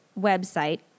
website